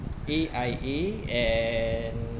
A_I_A and